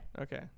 okay